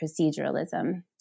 proceduralism